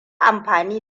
amfani